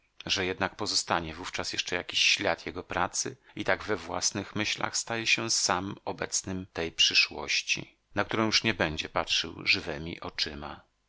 że jednak pozostanie wówczas jeszcze jakiś ślad jego pracy i tak we własnych myślach staje się sam obecnym tej przyszłości na którą już nie będzie patrzył żywemi oczyma